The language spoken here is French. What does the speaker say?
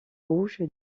rouge